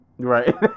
right